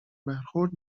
برخورد